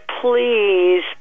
please